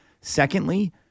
Secondly